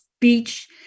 speech